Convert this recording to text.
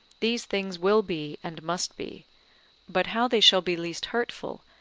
these things will be, and must be but how they shall be least hurtful,